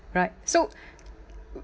right so